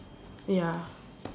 ya